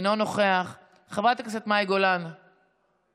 אינו נוכח, חברת הכנסת מאי גולן, מוותרת,